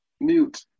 Mute